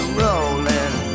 rolling